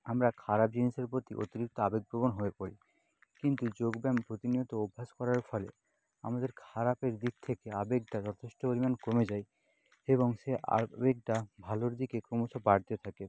আমরা খারাপ জিনিসের প্রতি অতিরিক্ত আবেগপ্রবণ হয়ে পড়ি কিন্তু যোগব্যায়াম প্রতিনিয়ত অভ্যাস করার ফলে আমাদের খারাপের দিক থেকে আবেগটা যথেষ্ট পরিমাণ কমে যায় এবং সেই আবেগটা ভালোর দিকে ক্রমশ বাড়তে থাকে